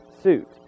suit